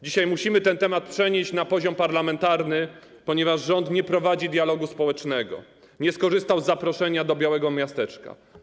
Dzisiaj musimy tę sprawę przenieść na poziom parlamentarny, ponieważ rząd nie prowadzi dialogu społecznego, nie skorzystał z zaproszenia do białego miasteczka.